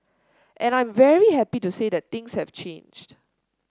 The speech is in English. and I'm very happy to say that things have changed